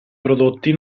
prodotti